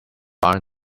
iron